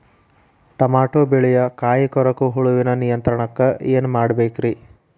Tomato ಬೆಳೆಯ ಕಾಯಿ ಕೊರಕ ಹುಳುವಿನ ನಿಯಂತ್ರಣಕ್ಕ ಏನ್ ಮಾಡಬೇಕ್ರಿ?